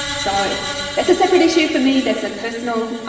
so that's a separate issue for me, that's a personal,